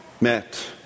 met